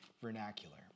vernacular